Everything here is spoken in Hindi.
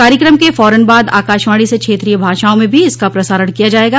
कार्यक्रम के फौरन बाद आकाशवाणी से क्षेत्रीय भाषाओं में भी इसका प्रसारण किया जायेगा